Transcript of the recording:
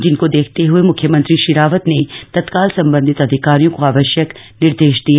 जिनको देखते हुए मुख्यमंत्री श्री रावत ने तत्काल सम्बन्धित अधिकारियों को आवश्यक निर्देश दिए